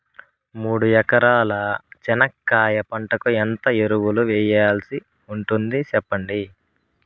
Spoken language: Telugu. మూడు ఎకరాల చెనక్కాయ పంటకు ఎంత ఎరువులు వేయాల్సి ఉంటుంది సెప్పండి?